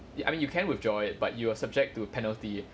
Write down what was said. I mean you can withdraw it but you are subject to penalty